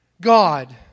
God